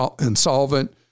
insolvent